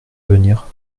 venir